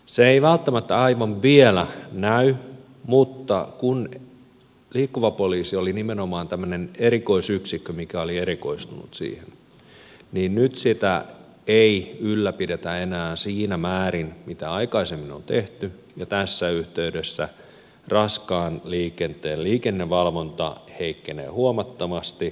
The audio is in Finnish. se ei välttämättä aivan vielä näy mutta kun liikkuva poliisi oli nimenomaan tämmöinen erikoisyksikkö mikä oli erikoistunut siihen niin nyt sitä ei ylläpidetä enää siinä määrin kuin mitä aikaisemmin on tehty ja tässä yhteydessä raskaan liikenteen liikennevalvonta heikkenee huomattavasti